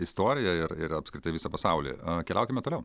istoriją ir ir apskritai visą pasaulį keliaukime toliau